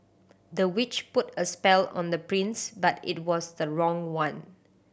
the witch put a spell on the prince but it was the wrong one